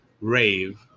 rave